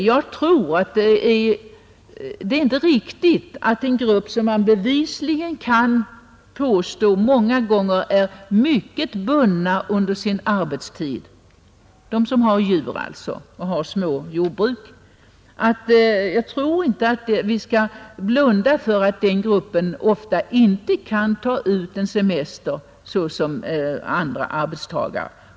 Det är inte riktigt — och det tror jag inte vi skall blunda för — att människor som bevisligen många gånger är mycket bundna under sin arbetstid, alltså de jordbrukare som har små jordbruk och som har djur, ofta inte kan ta ut semester såsom andra arbetstagare.